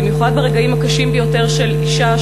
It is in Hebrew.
במיוחד ברגעים הקשים ביותר של אישה,